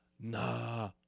Nah